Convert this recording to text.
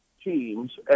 teams